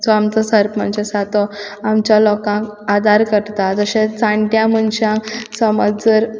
जो आमचो सरपंच आसा तो आमच्या लोकांक आदार करता तशेंच जाणट्यांक मनशांक समज जर